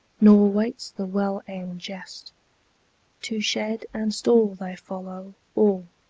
nor waits the well-aimed jest to shed and stall they follow, all,